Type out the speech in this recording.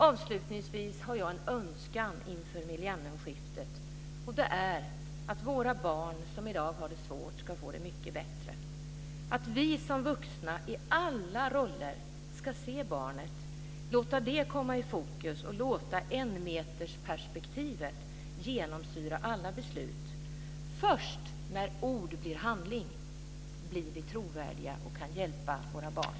Avslutningsvis har jag en önskan inför millennieskiftet. Det är att de barn som i dag har det svårt ska få det mycket bättre och att vi som vuxna i alla roller ska se barnet, låta det komma i fokus och låta enmetersperspektivet genomsyra alla beslut. Först när ord blir handling blir vi trovärdiga och kan hjälpa våra barn.